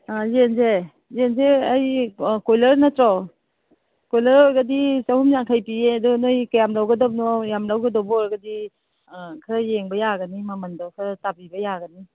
ꯑꯥ ꯌꯦꯟꯁꯦ ꯌꯦꯟꯁꯦ ꯑꯩ ꯑꯥ ꯀꯣꯏꯂꯔ ꯅꯠꯇ꯭ꯔꯣ ꯀꯣꯏꯂꯔꯒꯗꯤ ꯆꯍꯨꯝ ꯌꯥꯡꯈꯩ ꯄꯤꯌꯦ ꯑꯗꯣ ꯅꯣꯏ ꯀꯌꯥꯝ ꯂꯧꯒꯗꯕꯅꯣ ꯌꯥꯝ ꯂꯧꯒꯗꯕ ꯑꯣꯏꯔꯒꯗꯤ ꯈꯔ ꯌꯦꯡꯕ ꯌꯥꯒꯅꯤ ꯃꯃꯟꯗꯣ ꯈꯔ ꯇꯥꯕꯤꯕ ꯌꯥꯒꯅꯤ